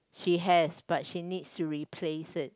she has but she needs to replace it